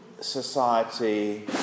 society